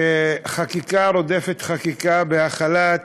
שחקיקה רודפת חקיקה בהחלת